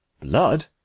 Blood